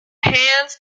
hands